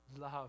love